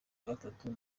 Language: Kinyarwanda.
nagatatu